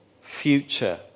future